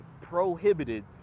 prohibited